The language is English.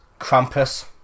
Krampus